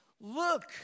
look